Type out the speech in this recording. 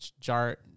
jar